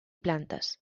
plantes